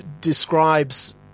describes